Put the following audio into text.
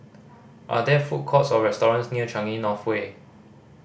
are there food courts or restaurants near Changi North Way